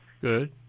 Good